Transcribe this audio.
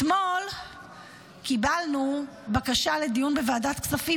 אתמול קיבלנו בקשה לדיון בוועדת הכספים